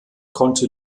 konnte